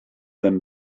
them